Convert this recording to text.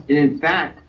and in fact,